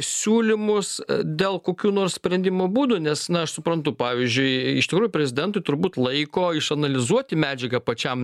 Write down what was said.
siūlymus dėl kokių nors sprendimo būdų nes na aš suprantu pavyzdžiui iš tikrųjų prezidentui turbūt laiko išanalizuoti medžiagą pačiam